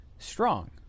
strong